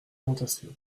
tentation